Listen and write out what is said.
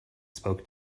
spoke